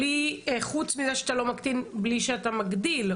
חוץ מזה שאתה לא מקטין בלי שאתה מגדיל.